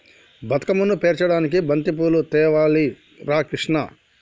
బతుకమ్మను పేర్చడానికి బంతిపూలు తేవాలి రా కిష్ణ